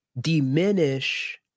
diminish